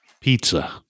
pizza